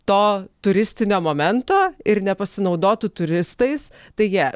to turistinio momento ir nepasinaudotų turistais tai jie